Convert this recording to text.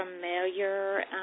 familiar